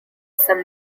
some